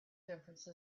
difference